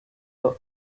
uba